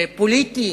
פוליטי.